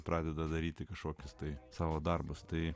pradeda daryti kažkokius tai savo darbus tai